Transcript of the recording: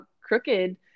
crooked